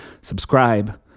Subscribe